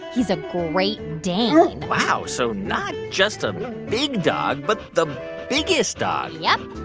he's a great dane wow, so not just a big dog, but the biggest dog yup,